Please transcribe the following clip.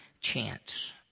chance